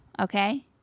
okay